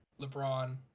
LeBron